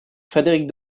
frédéric